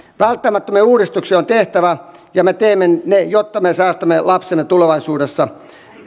välttämättömiä uudistuksia on tehtävä ja me teemme ne jotta me säästämme lapsemme tulevaisuudessa